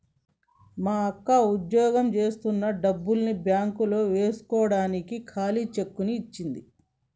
మా అక్క వుద్యోగం జేత్తన్న డబ్బుల్ని బ్యేంకులో యేస్కోడానికి ఖాళీ చెక్కుని ఇచ్చింది